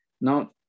Now